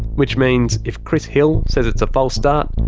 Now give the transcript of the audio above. which means if chris hill says it's a false start,